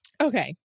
okay